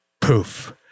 poof